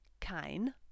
kein